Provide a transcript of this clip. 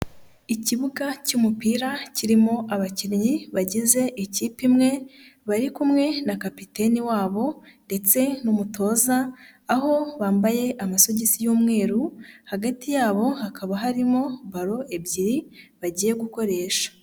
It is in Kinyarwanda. Ikibuga cy'umupira kirimo abakinnyi bagize ikipe imwe bari kumwe na kapiteni wabo ndetse n'umutoza aho bambaye amasogisi y'umweru hagati yabo hakaba harimo baron ebyiri bagiye gukoresha.